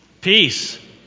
Peace